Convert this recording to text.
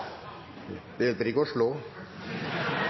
ikke å slå!